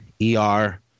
E-R